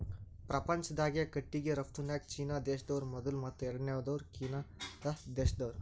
ಪ್ರಪಂಚ್ದಾಗೆ ಕಟ್ಟಿಗಿ ರಫ್ತುನ್ಯಾಗ್ ಚೀನಾ ದೇಶ್ದವ್ರು ಮೊದುಲ್ ಮತ್ತ್ ಎರಡನೇವ್ರು ಕೆನಡಾ ದೇಶ್ದವ್ರು